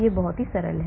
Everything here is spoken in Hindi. यह बहुत सरल है